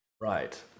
Right